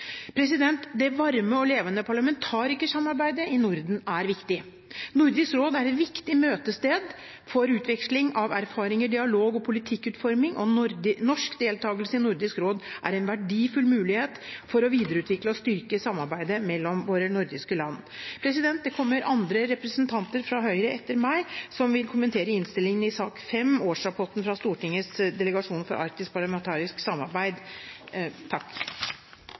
Det varme og levende parlamentarikersamarbeidet i Norden er viktig. Nordisk råd er et viktig møtested for utveksling av erfaringer, dialog og politikkutforming, og norsk deltakelse i Nordisk råd er en verdifull mulighet for å videreutvikle og styrke samarbeidet mellom de nordiske land. Det kommer andre representanter fra Høyre etter meg som vil kommentere innstillingen i sak nr. 5, årsrapporten fra Stortingets delegasjon for arktisk parlamentarisk samarbeid.